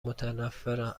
متنفرن